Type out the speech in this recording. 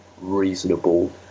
reasonable